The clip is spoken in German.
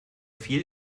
viel